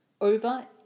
over